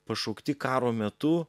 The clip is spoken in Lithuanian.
pašaukti karo metu